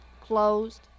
Closed